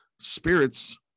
spirits